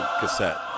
cassette